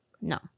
no